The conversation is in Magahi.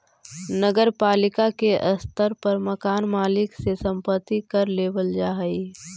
नगर पालिका के स्तर पर मकान मालिक से संपत्ति कर लेबल जा हई